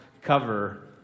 cover